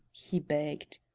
he begged.